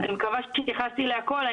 אני מקווה שהתייחסתי להכול.